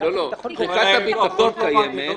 תחיקת הביטחון קיימת.